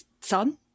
Son